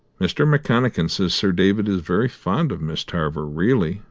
mr. mcconachan says sir david is very fond of miss tarver, really,